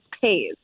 pays